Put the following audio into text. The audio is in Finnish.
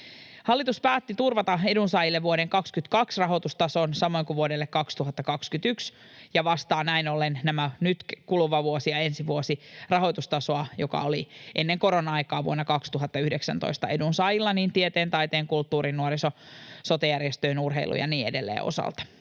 Hallitus päätti turvata edunsaajille vuoden 22 rahoitustason, samoin kuin vuodelle 2021, ja tämä nyt kuluva vuosi ja ensi vuosi vastaavat näin ollen rahoitustasoa, joka oli ennen korona-aikaa vuonna 2019 edunsaajilla tieteen, taiteen, kulttuurin, nuoriso- ja sote-järjestöjen, urheilun ja niin edelleen osalta.